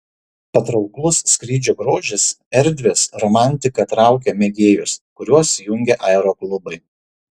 patrauklus skrydžio grožis erdvės romantika traukia mėgėjus kuriuos jungia aeroklubai